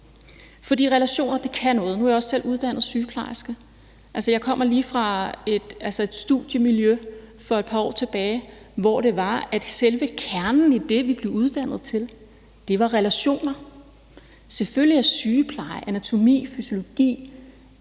For relationer kan noget. Nu er jeg selv uddannet sygeplejerske. Jeg kommer fra et studiemiljø – det ligger nogle år tilbage – hvor selve kernen i det, vi blev uddannet til, var relationer. Selvfølgelig er sygepleje anatomi, psykologi,